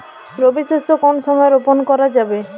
রবি শস্য কোন সময় রোপন করা যাবে?